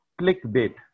clickbait